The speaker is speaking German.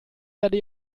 werde